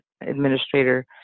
administrator